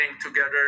together